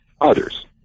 others